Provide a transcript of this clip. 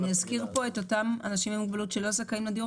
אזכיר פה את האנשים עם מוגבלות שלא זכאים לדיור